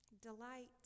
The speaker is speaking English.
delight